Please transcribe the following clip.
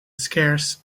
scarce